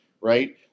right